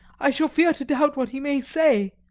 i shall fear to doubt what he may say!